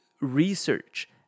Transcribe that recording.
research